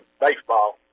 baseball